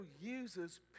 uses